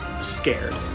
scared